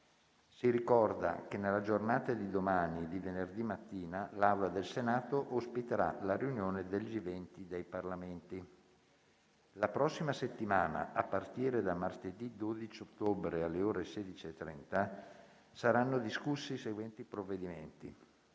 Si ricorda che nella giornata di domani e di venerdì mattina l'Aula del Senato ospiterà la riunione del G20 dei Parlamenti. La prossima settimana, a partire da martedì 12 ottobre, alle ore 16,30, saranno discussi i seguenti provvedimenti: